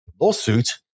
lawsuit